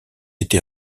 été